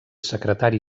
secretari